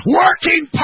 working